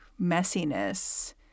messiness